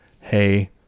hey